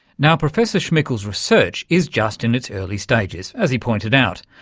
now, professor schmickl's research is just in its early stages, as he pointed out,